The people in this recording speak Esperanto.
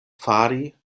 fari